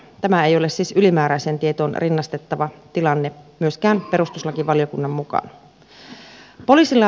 tämä ei ole siis ylimääräiseen tietoon rinnastettava tilanne myöskään perustuslakivaliokunnan mukaan